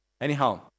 Anyhow